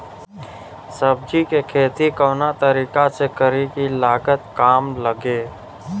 सब्जी के खेती कवना तरीका से करी की लागत काम लगे?